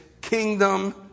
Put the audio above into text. kingdom